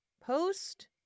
post